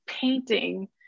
painting